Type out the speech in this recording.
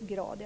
grad.